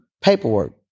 paperwork